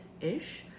ish